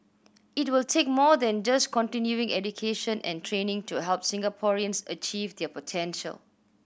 it will take more than just continuing education and training to help Singaporeans achieve their potential